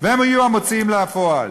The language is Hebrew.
והם יהיו המוציאים לפועל.